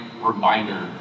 reminder